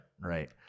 Right